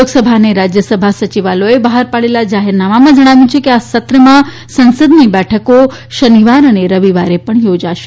લોકસભા અને રાજ્યસભા સચિવાલયોએ બહાર પાડેલા જાહેરનામામાં જણાવ્યું છે કે આ સત્રમાં સંસદની બેઠકો શનિવારે અને રવિવારે પણ યોજાશે